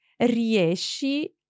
riesci